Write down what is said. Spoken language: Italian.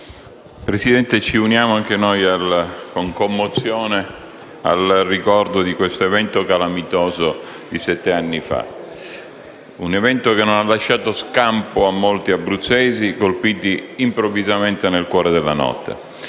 Presidente, ci uniamo anche noi con commozione al ricordo di questo evento calamitoso di sette anni fa, che non ha lasciato scampo a molti abruzzesi, colpiti improvvisamente nel cuore della notte.